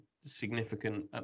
significant